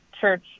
church